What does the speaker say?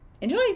Enjoy